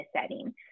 setting